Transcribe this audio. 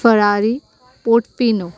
फरारी पोटपिनो